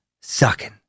sucking